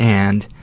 and